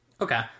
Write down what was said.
Okay